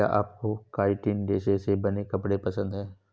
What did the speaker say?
क्या आपको काइटिन रेशे से बने कपड़े पसंद है